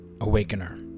awakener